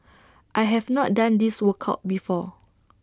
I have not done this workout before